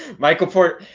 michael porter.